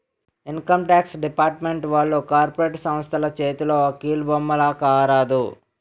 income tax department వాళ్లు corporate సంస్థల చేతిలో కీలుబొమ్మల కారాదు